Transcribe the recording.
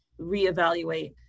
reevaluate